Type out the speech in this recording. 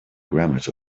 grammars